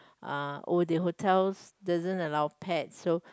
uh oh the hotels doesn't allow pets so